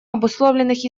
обусловленных